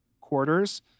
quarters